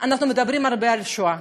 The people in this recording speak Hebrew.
מדברים הרבה על השואה,